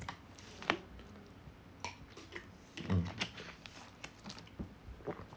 mm